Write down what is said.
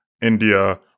India